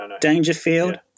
Dangerfield